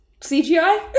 CGI